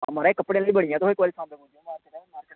म्हाराज कपड़े आह्लियां बड़ियां तुस इक्क बारी सांबा पुज्जो